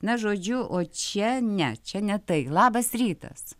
na žodžiu o čia ne čia ne tai labas rytas